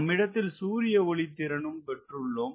நம்மிடத்தில் சூரிய ஒளி திறனும் பெற்றுள்ளோம்